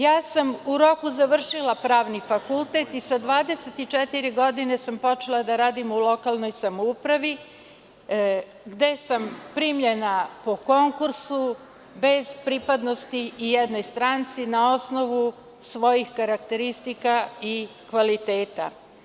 Ja sam u roku završila pravni fakultet i sa 24 godine sam počela da radim u lokalnoj samoupravi gde sam primljena po konkursu bez pripadnosti ijednoj stranci na osnovu svojih karakteristika i kvaliteta.